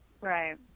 Right